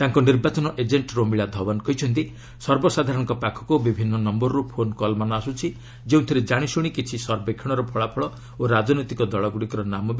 ତାଙ୍କ ନିର୍ବାଚନ ଏଜେଣ୍ଟ ରୋମିଳା ଧ୍ୟୁନ୍ କହିଛନ୍ତି ସର୍ବସାଧାରଣଙ୍କ ପାଖକୁ ବିଭିନ୍ନ ନମ୍ୟରରୁ ଫୋନ୍କଲମାନ ଆସ୍କ୍ରି ଯେଉଁଥିରେ ଜାଣିଶୁଣି କିଛି ସର୍ବେକ୍ଷଣର ଫଳାଫଳ ଓ ରାଜନୈତିକ ଦଳଗୁଡ଼ିକର ନାମ ବିଷୟରେ କୁହାଯାଉଛି